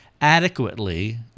adequately